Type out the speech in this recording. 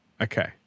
Okay